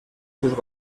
sus